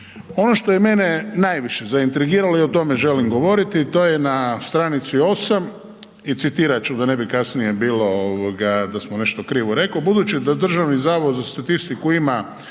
Ono što je mene najviše zaintrigiralo i o tome želim govoriti a to je na stranici 8 i citirati ću da ne bi kasnije bilo da sam nešto krivo rekao, budući da Državni zavod za statistiku ima